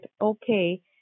okay